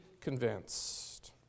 convinced